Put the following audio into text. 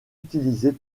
utilisée